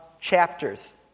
chapters